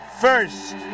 first